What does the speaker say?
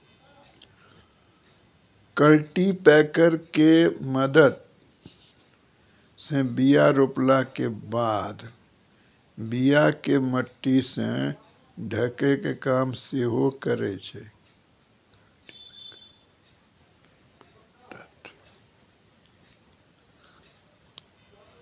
cultipacker के मदत से बीया रोपला के बाद बीया के मट्टी से ढकै के काम सेहो करै छै